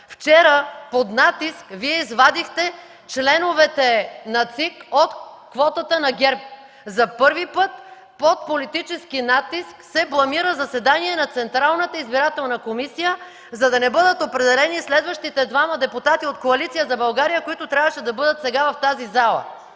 Вчера под натиск Вие извадихте членовете на ЦИК от квотата на ГЕРБ. За първи път под политически натиск се бламира заседание на Централната избирателна комисия, за да не бъдат определени следващите двама депутати от Коалиция за България, които трябваше да бъдат сега в тази зала!